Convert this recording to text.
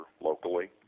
locally